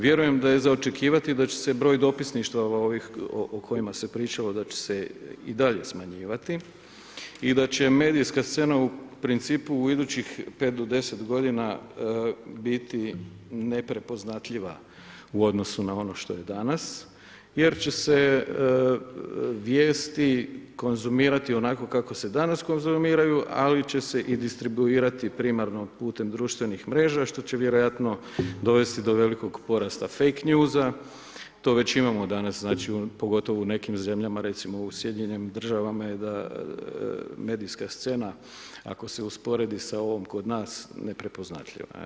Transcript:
Vjerujem da je za očekivati, da će se broj dopisništva, ovih o kojima se pričalo, da će se i dale smanjivati i da će medijska scena u principu u idućih 5-10 g. biti neprepoznatljiva u odnosu na ono što je danas jer će se vijesti konzumirati onako kako se danas konzumiraju ali će se i distribuirati primarno putem društvenih mreža što će vjerojatno dovesti do velikog porasta fake newsa, to već imamo danas, pogotovo u nekim zemljama, recimo u Sjedinjenim Državama je da medijska scena ako se usporedi sa ovom ko nas, neprepoznatljiva je.